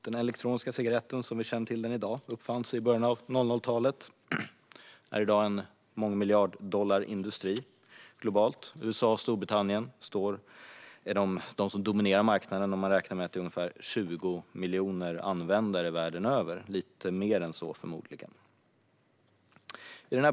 Den elektroniska cigaretten som vi känner den i dag uppfanns i början av 00-talet och är i dag en mångmiljarddollarindustri globalt. USA och Storbritannien är de som dominerar marknaden. Man räknar med att det finns ungefär 20 miljoner användare världen över, eller förmodligen lite fler än så.